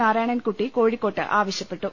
നാരായണൻകുട്ടി കോഴിക്കോട്ട് ആവശ്യപ്പെട്ടു